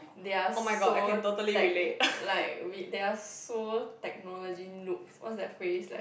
their are so like like with their so technology look what's that phrase like